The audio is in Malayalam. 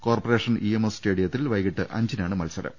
കോർപ്പറേ ഷൻ ഇഎംഎസ് സ്റ്റേഡിയത്തിൽ വൈകീട്ട് അഞ്ചിനാണ് മത്സരം